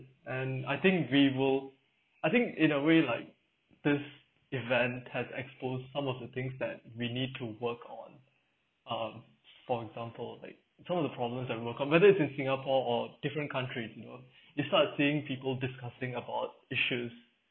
and I think we will I think in a way like this event has exposed some of the things that we need to work on um for example like some of the problems that we'll compare it in singapore or different countries you know you start seeing people discussing about issues